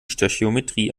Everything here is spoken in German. stöchiometrie